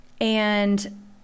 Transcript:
And-